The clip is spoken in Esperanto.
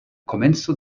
komenco